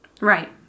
Right